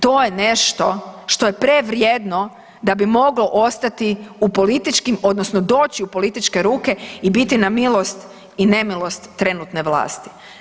To je nešto što je prevrijedno da bi moglo ostati u političkim odnosno doći u političke ruke i biti na milost i nemilost trenutne vlasti.